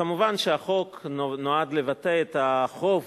כמובן שהחוק נועד לבטא את החוב